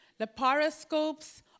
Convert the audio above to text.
laparoscopes